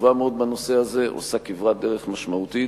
חשובה מאוד בנושא הזה, עושה כברת דרך משמעותית,